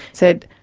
said,